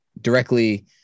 directly